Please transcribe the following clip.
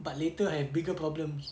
but later I have bigger problems